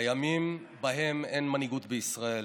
בימים שבהם אין מנהיגות בישראל